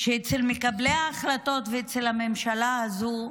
שאצל מקבלי ההחלטות ואצל הממשלה הזאת,